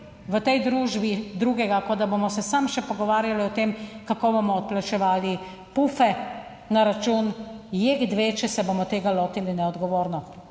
v tej družbi drugega, kot da bomo se samo še pogovarjali, o tem kako bomo odplačevali pufe na račun Jek 2, če se bomo tega lotili neodgovorno.